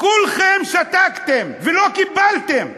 כולכם שתקתם ולא קיבלתם,